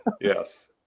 Yes